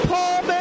Paul